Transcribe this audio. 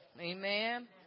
Amen